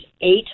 eight